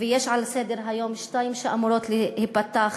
יש על סדר-היום שתיים שאמורות להיפתח,